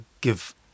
give